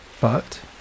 But